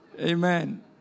Amen